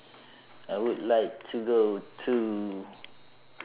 I would like to go to